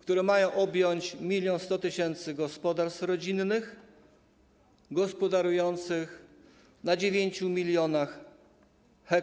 które mają objąć 1100 tys. gospodarstw rodzinnych gospodarujących na 9 mln ha.